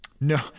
No